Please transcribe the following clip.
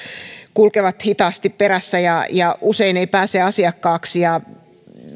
kulkevat hitaasti perässä ja ja usein ei pääse asiakkaaksi